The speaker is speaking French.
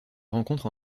rencontre